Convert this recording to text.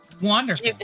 Wonderful